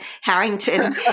Harrington